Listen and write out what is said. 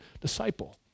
disciple